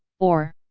or?